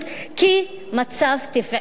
כאל מצב טבעי,